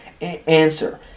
Answer